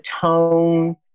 tone